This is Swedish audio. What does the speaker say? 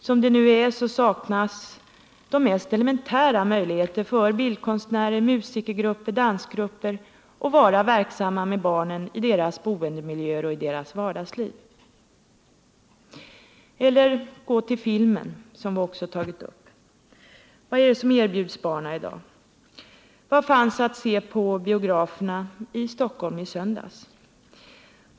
Som det nu är saknas de mest elementära möjligheter för bildkonstnärer, musikergrupper, dansgrupper att vara verksamma med barnen i deras boendemiljöer och deras vardagsliv. Eller gå till filmen, som vi också har tagit upp. Vad är det som erbjuds barnen idag? Vad fanns att se på biograferna i vår största stad i söndags?